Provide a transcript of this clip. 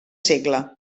segle